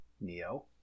Neo